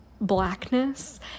blackness